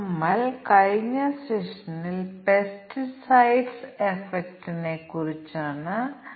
ആദ്യം കോമ്പിനേറ്റർ പരിശോധനയ്ക്ക് പിന്നിലെ പ്രചോദനം നമുക്ക് നോക്കാം